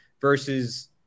versus